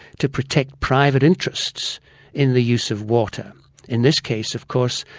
to protect private interests in the use of water in this case of course,